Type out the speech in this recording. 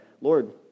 Lord